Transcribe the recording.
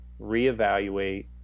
reevaluate